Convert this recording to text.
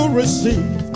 receive